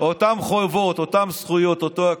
אותן חובות, אותן זכויות, אותו הכול.